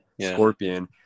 Scorpion